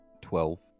Twelve